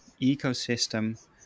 ecosystem